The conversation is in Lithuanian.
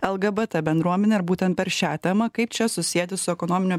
lgbt bendruomenę ir būtent per šią temą kaip čia susieti su ekonominiu